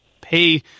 pay